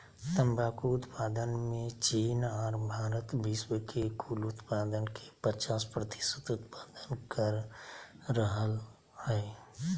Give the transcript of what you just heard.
तंबाकू उत्पादन मे चीन आर भारत विश्व के कुल उत्पादन के पचास प्रतिशत उत्पादन कर रहल हई